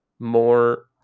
more